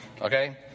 okay